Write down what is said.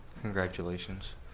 Congratulations